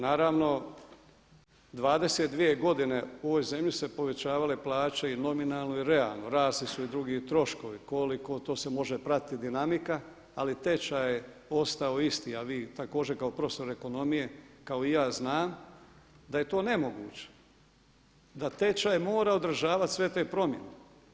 Naravno 22 godine u ovoj zemlji su se povećavale plaće i nominalno i realno, rasli su i drugi troškovi, koliko to se može pratiti dinamika ali tečaj je ostao isti, a vi također kao profesor ekonomije kao i ja zna da je to nemoguće, da tečaj mora održavati sve te promjene.